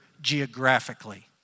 geographically